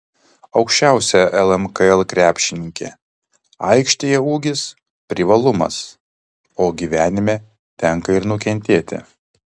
aukščiausia lmkl krepšininkė aikštėje ūgis privalumas o gyvenime tenka ir nukentėti